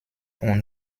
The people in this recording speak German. und